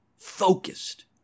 focused